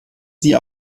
sie